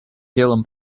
делом